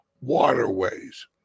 waterways